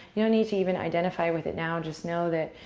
you don't need to even identify with it now. just know that